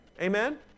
Amen